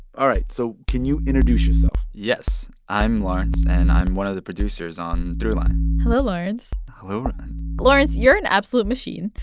all right. so can you introduce yourself? yes. i'm lawrence, and i'm one of the producers on throughline hello, lawrence hello, rund lawrence, you're an absolute machine.